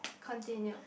continue